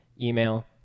email